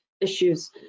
issues